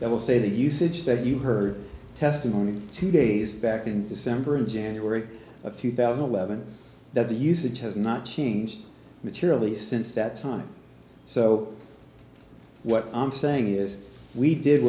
that will say that usage that you heard testimony two days back in december and january of two thousand and eleven that the usage has not changed materially since that time so what i'm saying is we did